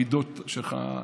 המידות שלך,